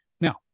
Now